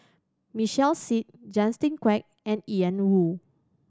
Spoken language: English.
Michael Seet Justin Quek and Ian Woo